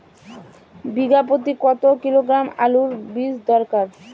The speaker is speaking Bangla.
বিঘা প্রতি কত কিলোগ্রাম আলুর বীজ দরকার?